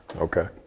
Okay